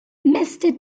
mister